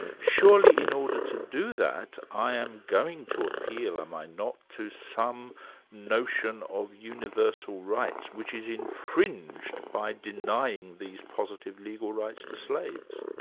surely in order to do that, i am going to appeal, am i not, to some notion of universal rights which is infringed by denying these positive legal rights to slaves?